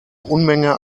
unmenge